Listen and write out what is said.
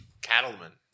Cattleman